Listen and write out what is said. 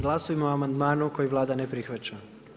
Glasujmo o amandmanu koji Vlada ne prihvaća.